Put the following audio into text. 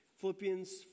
Philippians